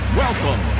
welcome